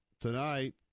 tonight